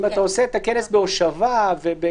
אם אתה עושה את הכנס בהושבה ובקפסולות,